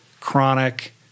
chronic